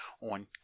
on